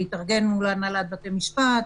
להתארגן מול הנהלת בתי משפט,